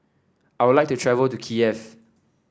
I would like to travel to Kiev